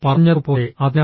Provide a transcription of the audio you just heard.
പറഞ്ഞതുപോലെ അതിനായി